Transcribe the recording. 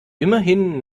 immerhin